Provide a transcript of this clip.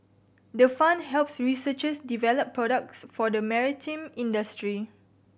the fund helps researchers develop products for the maritime industry